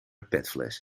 petfles